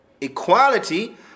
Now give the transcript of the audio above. equality